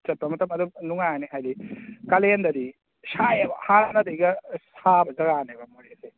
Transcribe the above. ꯆꯇꯠꯄ ꯃꯇꯝ ꯑꯗꯨꯝ ꯅꯨꯡꯉꯥꯏꯔꯅꯤ ꯍꯥꯏꯗꯤ ꯀꯥꯂꯦꯟꯗꯗꯤ ꯁꯥꯏꯑꯕ ꯍꯥꯟꯅꯗꯩꯒ ꯑꯁ ꯁꯥꯕ ꯖꯒꯥꯅꯦꯕ ꯃꯣꯔꯦꯁꯦ